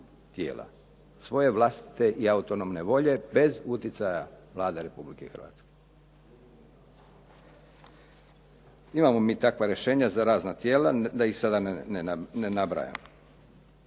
tijela, svoje vlastite i autonomne volje bez utjecaja Vlade Republike Hrvatske. Imamo mi takva rješenja za takva tijela, da ih sada ne nabrajam.